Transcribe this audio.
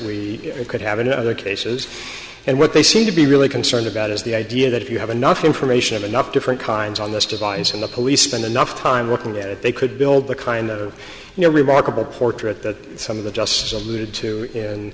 we could have another cases and what they seem to be really concerned about is the idea that if you have enough information and enough different kinds on this device and the police spent enough time working that they could build the kind of you know remarkable portrait that some of the just